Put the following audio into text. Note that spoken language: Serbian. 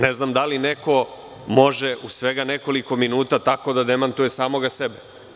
Ne znam da li neko može u svega nekoliko minuta tako da demantuje samoga sebe.